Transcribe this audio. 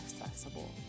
accessible